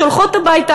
שולחות הביתה.